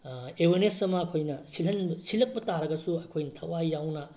awareness ꯑꯃ ꯑꯩꯈꯣꯏꯅ ꯁꯤꯜꯂꯛꯄ ꯇꯥꯔꯒꯁꯨ ꯑꯩꯈꯣꯏꯅ ꯊꯋꯥꯏ ꯌꯥꯎꯅ